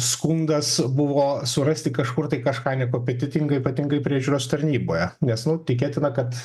skundas buvo surasti kažkur tai kažką nekompetentingai ypatingai priežiūros tarnyboje nes nu tikėtina kad